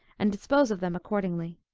and dispose of them accordingly.